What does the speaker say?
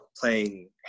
playing